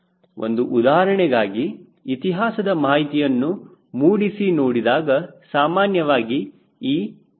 ಒಂದು ಉದಾಹರಣೆಗಾಗಿ ಇತಿಹಾಸದ ಮಾಹಿತಿಯನ್ನು ಮೂಡಿಸಿ ನೋಡಿದಾಗ ಸಾಮಾನ್ಯವಾಗಿ ಈ 0